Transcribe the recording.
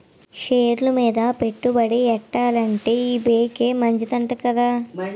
షేర్లు మీద పెట్టుబడి ఎట్టాలంటే ఈ బేంకే మంచిదంట కదా